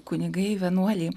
kunigai vienuoliai